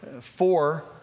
four